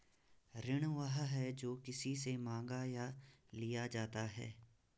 ऋण वह है, जो किसी से माँगा या लिया जाता है